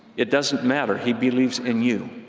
it doesn't matter. he believes in you.